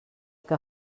que